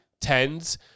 tens